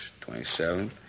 twenty-seven